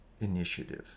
initiative